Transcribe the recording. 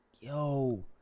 yo